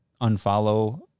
unfollow